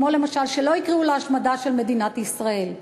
כמו למשל שלא יקראו להשמדה של מדינת ישראל.